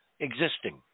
existing